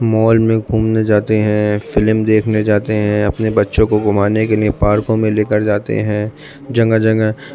مال میں گھومنے جاتے ہیں فلم دیکھنے جاتے ہیں اپنے بچوں کو گھمانے کے نیے پارکوں میں لے کر جاتے ہیں جگہ جگہ